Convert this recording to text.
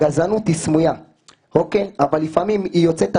הגזענות היא סמויה אבל לפעמים היא יוצאת החוצה,